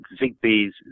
Zigbee's